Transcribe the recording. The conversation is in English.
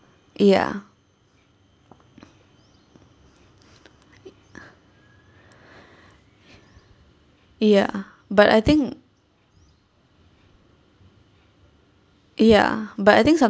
ya ya but I think ya but I think